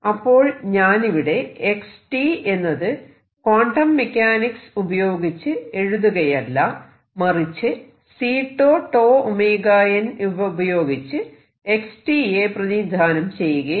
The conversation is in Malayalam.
അപ്പോൾ ഞാനിവിടെ x എന്നത് ക്വാണ്ടം മെക്കാനിക്സ് ഉപയോഗിച്ച് എഴുതുകയല്ല മറിച്ച് C𝞃 𝞃𝞈n ഇവ ഉപയോഗിച്ച് x യെ പ്രതിനിധാനം ചെയ്യുകയാണ്